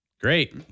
Great